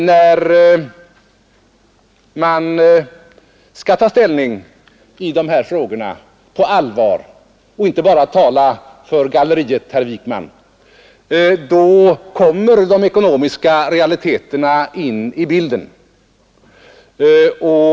När man på allvar skall ta ställning i dessa frågor och inte bara tala för galleriet, herr Wijkman, kommer de ekonomiska realiteterna in i bilden.